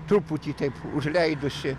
truputį taip užleidusi